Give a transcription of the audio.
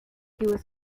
was